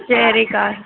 சரிக்கா